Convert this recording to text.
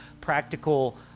practical